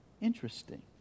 interesting